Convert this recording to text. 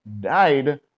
died